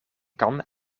kan